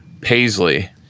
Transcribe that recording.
paisley